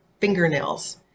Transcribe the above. fingernails